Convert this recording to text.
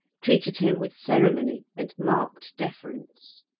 treated him with ceremony and marked deference.